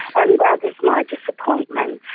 um that is my disappointment.